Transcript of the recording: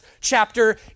chapter